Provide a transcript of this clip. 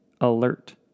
alert